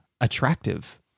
attractive